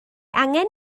angen